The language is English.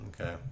Okay